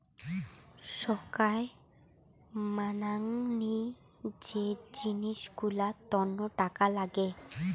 সোগায় মামাংনী যে জিনিস গুলার তন্ন টাকা লাগে